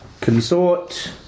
Consort